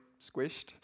squished